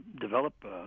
develop